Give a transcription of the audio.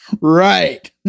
Right